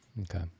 Okay